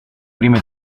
prime